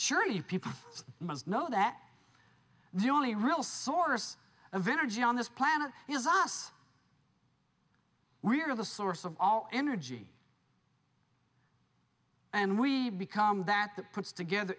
surely people must know that the only real source of energy on this planet is us we are the source of all energy and we become that that puts together